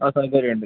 ആ സ്ഥലത്ത് വരെയുണ്ട്